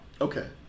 Okay